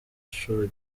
inshuro